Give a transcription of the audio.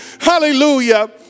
Hallelujah